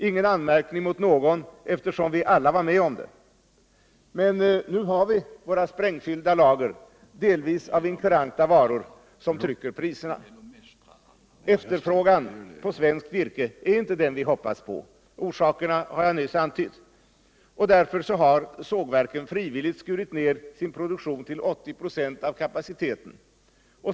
Ingen anmärkning mot någon, eftersom vi alla var med om det. Men nu har vi våra sprängfyllda lager av delvis okuranta varor, som pressar priserna. Efterfrågan på svenskt virke är inte den vi hoppats på. Orsakerna har jag nyss antytt. Därför har sågverken frivilligt skurit ner sin produktion till 80 96 av kapaciteten.